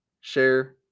share